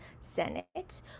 senate